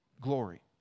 glory